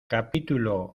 capítulos